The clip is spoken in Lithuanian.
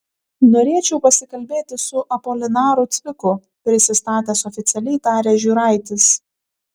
norėčiau pasikalbėti su apolinaru cviku prisistatęs oficialiai tarė žiūraitis